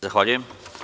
Zahvaljujem.